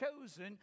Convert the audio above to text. chosen